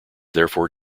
therefore